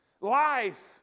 Life